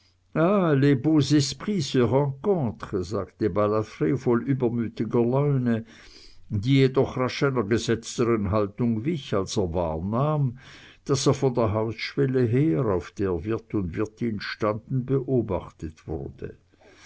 sagte balafr voll übermütiger laune die jedoch rasch einer gesetzteren haltung wich als er wahrnahm daß er von der hausschwelle her auf der wirt und wirtin standen beobachtet wurde